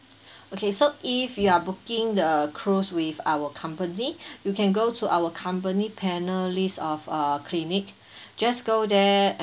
okay so if you are booking the cruise with our company you can go to our company panelist of err clinic just go there